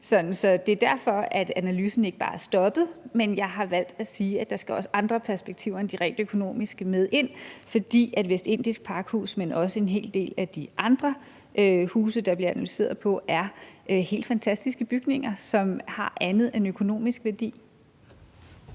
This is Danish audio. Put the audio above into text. Det er derfor, at analysen ikke bare er stoppet. Men jeg har valgt at sige, at der også skal andre perspektiver end de rent økonomiske med ind, fordi Vestindisk Pakhus, men også en hel del af de andre huse, der bliver analyseret på, er helt fantastiske bygninger, som har andet end økonomisk værdi.